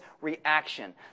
reaction